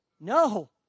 No